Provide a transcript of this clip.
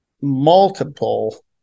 multiple